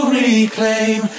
reclaim